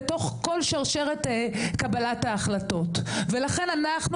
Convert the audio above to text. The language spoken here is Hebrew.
בתוך כל שרשרת קבלת ההחלטות ולכן אנחנו